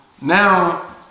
now